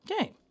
okay